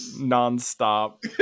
non-stop